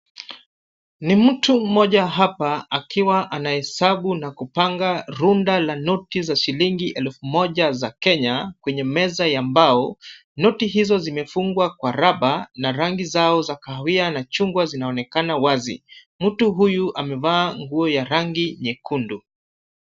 Ni mtu mmoja hapa akiwa anahesabu na kupanga rundo la noti za shilingi elfu moja za Kenya kwenye meza ya mbao. Noti hizo zimefungwa kwa raba na rangi zao za kahawia na chungwa zinaonekana wazi. Mtu huyu amevaa nguo ya rangi nyekundu.